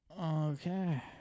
Okay